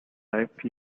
life